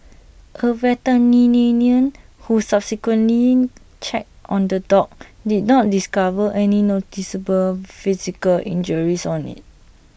A veterinarian who subsequently checked on the dog did not discover any noticeable physical injuries on IT